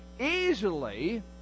easily